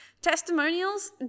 Testimonials